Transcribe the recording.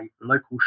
local